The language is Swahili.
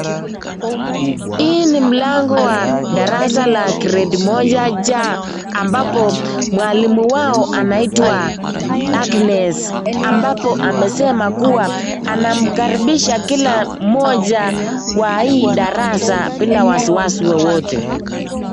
Hii ni mlango wa darasa la grade moja C, ambapo mwalumu wao anaitwa Agnes. Ambapo amesema kua, anamkaribisha kila mmoja kwa hii darasa bila wasiwasi wowote.